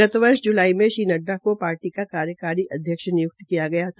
गत वर्ष ज्लाई में श्री नइडा को पार्टी का कार्यकारी अध्यक्ष निय्क्त किया गया था